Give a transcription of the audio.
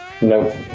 no